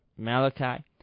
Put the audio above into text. Malachi